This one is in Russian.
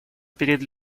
перед